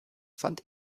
fand